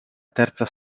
terza